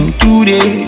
today